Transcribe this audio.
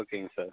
ஓகேங்க சார்